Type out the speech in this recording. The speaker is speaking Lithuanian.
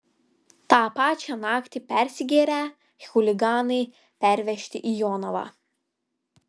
tą pačią naktį persigėrę chuliganai pervežti į jonavą